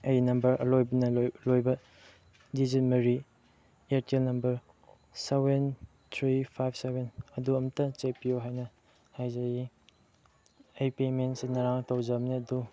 ꯑꯩꯒꯤ ꯅꯝꯕꯔ ꯑꯂꯣꯏꯕꯅ ꯂꯣꯏꯕ ꯗꯤꯖꯤꯠ ꯃꯔꯤ Airtel number seven three five seven ꯑꯗꯨ ꯑꯝꯇ ꯆꯦꯛ ꯇꯧꯕꯤꯌꯨ ꯍꯥꯏꯅ ꯍꯥꯏꯖꯔꯤ ꯑꯩ ꯄꯦꯀꯦꯝꯁꯤ ꯉꯔꯥꯡ ꯇꯧꯖꯕꯅꯤ ꯑꯗꯨ